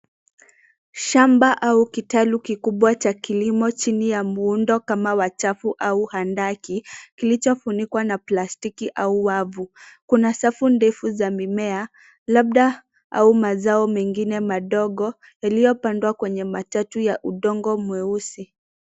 Shamba au kitalu kikubwa cha kilimo chini ya muundo kama wa chafu au handaki kilichofunikwa na plastiki au wavu. Kuna safu ndefu za mimea labda au mazao mengine madogo yaliyopandwa kwenye matuta ya udongo mweusi.